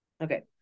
Okay